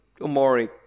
Omori